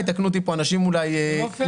יתקנו אותי אנשים אם אני טועה.